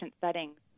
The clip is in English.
settings